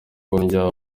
kundya